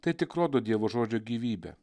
tai tik rodo dievo žodžio gyvybę